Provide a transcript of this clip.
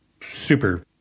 super